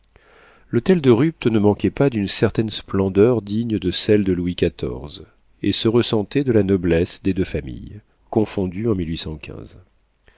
l'hôtel de rupt ne manquait pas d'une certaine splendeur digne de celle de louis xiv et se ressentait de la noblesse des deux familles confondues en